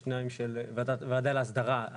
יש שניים של ועדה להסדרה.